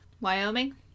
Wyoming